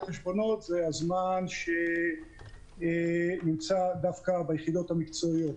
חשבונות זה הזמן שנמצא דווקא ביחידות המקצועיות.